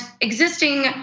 existing